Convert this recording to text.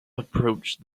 approach